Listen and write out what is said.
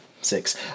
six